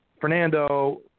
Fernando